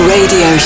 Radio